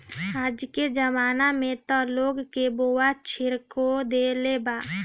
आजके जमाना में त लोग एके बोअ लेछोड़ देले बा